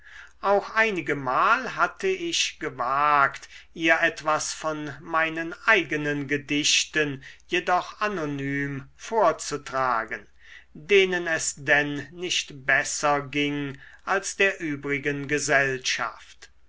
auch einigemal hatte ich gewagt ihr etwas von meinen eigenen gedichten jedoch anonym vorzutragen denen es denn nicht besser ging als der übrigen gesellschaft